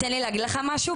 ותן לי להגיד לך משהו,